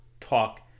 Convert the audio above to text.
talk